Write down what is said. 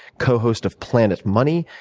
co-host of planet money,